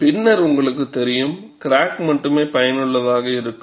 பின்னர் உங்களுக்குத் தெரியும் கிராக் மட்டுமே பயனுள்ளதாக இருக்கும்